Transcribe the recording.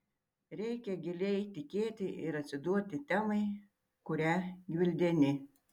reikia giliai tikėti ir atsiduoti temai kurią gvildeni